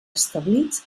establits